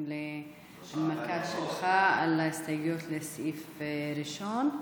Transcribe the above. להנמקה שלך על ההסתייגויות לסעיף ראשון.